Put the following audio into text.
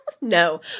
No